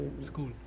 school